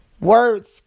Words